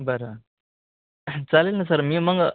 बरं चालेल ना सर मी मग